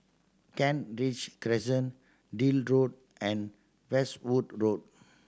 Kent Ridge Crescent Deal Road and Westwood Road